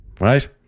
right